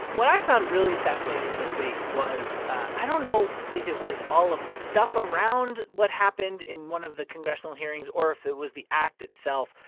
what i found really fascinating this week was i don't know if it was all of the stuff around what happened in one of the congressional hearings or if it was the act itself,